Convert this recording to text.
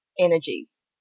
energies